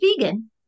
vegan